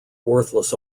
worthless